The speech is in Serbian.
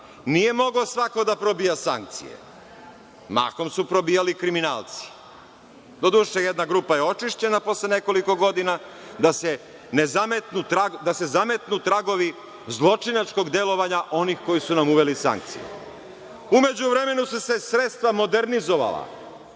Nije mogao svako da probija sankcije, mahom su probijali kriminalci, doduše, jedna grupa je očišćena posle nekoliko godina, da se zametnu tragovi zločinačkog delovanja onih koji su nam uveli sankcije. U međuvremenu su se sredstva modernizovala.